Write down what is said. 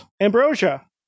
Ambrosia